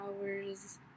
hours